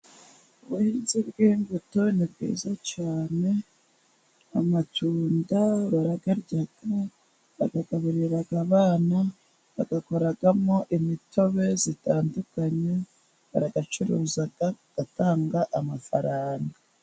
Ubuhinzi bw'imbuto ni bwiza cyane, amatunda baragarya bayagaburira abana, bayakoramo imitobe itandukanye, barayacuruzaga agatanga amafaranga.